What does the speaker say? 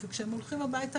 וכשהם הולכים הביתה,